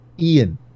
Ian